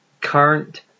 current